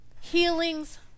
healings